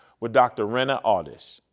with dr. rana awdish,